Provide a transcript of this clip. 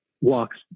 walks